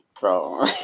Bro